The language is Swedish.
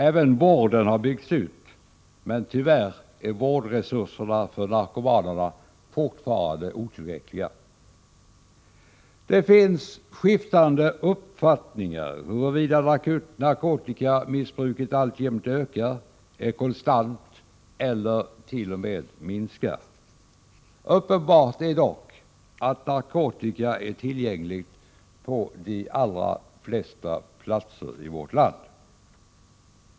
Även vården har byggts ut, men tyvärr är vårdresurserna för narkomaner fortfarande otillräckliga. Det finns skiftande uppfattningar huruvida narkotikamissbruket alltjämt ökar, är konstant eller t.o.m. minskar. Uppenbart är dock att narkotika är tillgänglig på de allra flesta platser i vårt land.